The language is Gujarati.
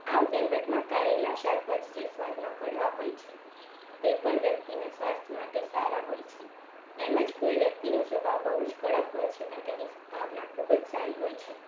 આ કહેવતમાં કારેલા શાકભાજી જે સ્વાદમાં કડવા હોય છે તે પણ વ્યક્તિને સ્વાસ્થ્ય માટે સારા હોય છે એમ જ કોઈ વ્યક્તિનો સ્વભાવ બહુ જ કડક હોય છે પણ તેની ભાવના ખૂબ જ સારી હોય છે